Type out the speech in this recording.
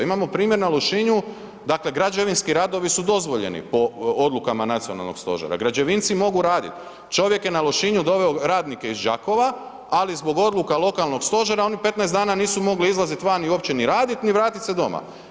Imamo primjer na Lošinju, dakle građevinski radovi su dozvoljeni po odlukama nacionalnog stožera, građevinci mogu raditi, čovjek je na Lošinju doveo radnike iz Đakova, ali zbog odluka lokalnog stožera oni 15 dana nisu mogli izlaziti van i uopće ni raditi, ni vratit se doma.